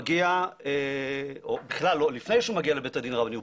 או לפני שהוא מגיע לבית הדין הרבני,